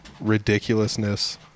ridiculousness